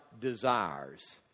desires